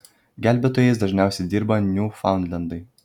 gelbėtojais dažniausiai dirba niūfaundlendai